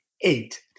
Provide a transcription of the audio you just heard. eight